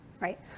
right